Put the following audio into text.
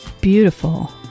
beautiful